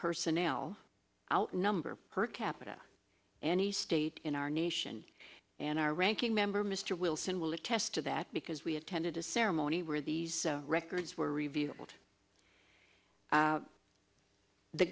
personnel outnumber per capita any state in our nation and our ranking member mr wilson will attest to that because we attended the ceremony where these records were revealed